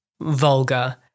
vulgar